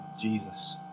Jesus